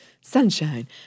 sunshine